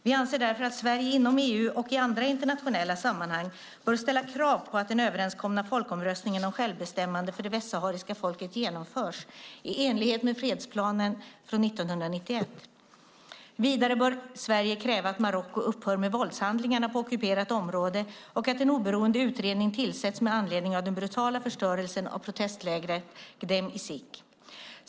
Vi anser därför att Sverige inom EU och i andra internationella sammanhang bör ställa krav på att den överenskomna folkomröstningen om självbestämmande för det västsahariska folket genomförs, i enlighet med fredsplanen från 1991. Vidare bör Sverige kräva att Marocko upphör med våldshandlingarna på ockuperat område och att en oberoende utredning tillsätts med anledning av den brutala förstörelsen av protestlägret Gdem Izik.